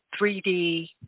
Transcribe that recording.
3D